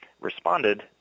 responded